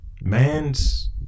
Man's